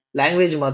language